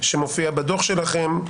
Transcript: שמופיע בדוח שלכם: